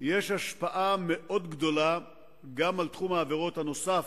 יש השפעה מאוד גדולה גם על תחום העבירות הנוסף,